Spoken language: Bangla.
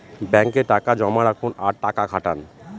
ব্যাঙ্কে টাকা জমা রাখুন আর টাকা খাটান